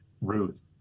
ruth